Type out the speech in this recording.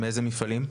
מאיזה מפעלים?